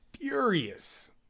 furious